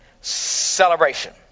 celebration